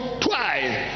twice